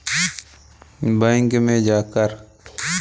मैं चालू खाता कैसे खोल सकता हूँ?